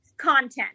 Content